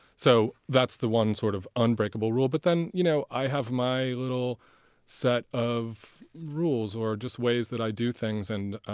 so that's the one sort of unbreakable rule but then you know i have my little set of rules or just ways that i do things. and